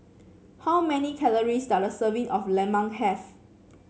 how many calories does a serving of lemang have